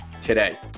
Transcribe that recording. today